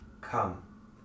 come